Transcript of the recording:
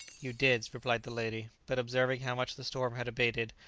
you did, replied the lady but observing how much the storm had abated,